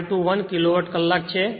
521 kilowatt કલાક છે